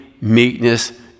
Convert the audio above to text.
meekness